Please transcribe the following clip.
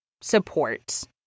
support